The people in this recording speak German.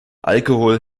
alkohol